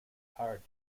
hard